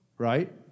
right